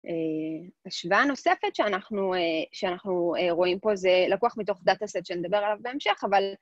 השוואה הנוספת שאנחנו רואים פה זה לקוח מתוך דאטאסט, שנדבר עליו בהמשך, אבל...